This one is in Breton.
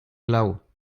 glav